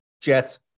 Jets